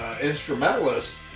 Instrumentalist